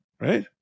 Right